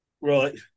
Right